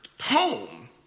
home